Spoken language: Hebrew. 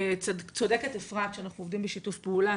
צודקת אפרת, שאנחנו עובדים בשיתוף פעולה